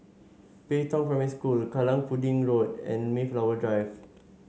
Pei Tong Primary School Kallang Pudding Road and Mayflower Drive